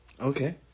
Okay